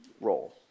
role